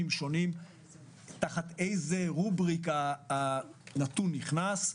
שונים תחת איזה רובריקה הנתון נכנס.